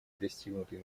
достигнутый